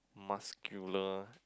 muscular